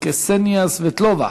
קסניה סבטלובה,